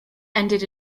ended